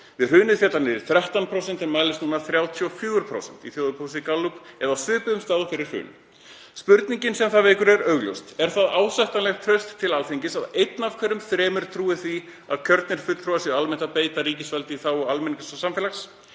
við hrunið datt það niður í 13% en mælist núna 34% í þjóðarpúlsi Gallups eða á svipuðum stað og fyrir hrun. Spurningin sem það vekur er augljós: Er það ásættanlegt traust til Alþingis að einn af hverjum þremur trúi því að kjörnir fulltrúar séu almennt að beita ríkisvaldi í þágu almennings og samfélags?